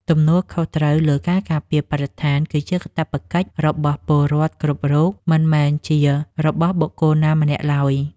ទំនួលខុសត្រូវលើការការពារបរិស្ថាន គឺជាកាតព្វកិច្ចរបស់ពលរដ្ឋគ្រប់រូបមិនមែនជារបស់បុគ្គលណាម្នាក់ឡើយ។